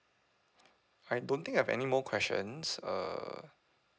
I don't think I have any more questions err